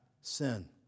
sin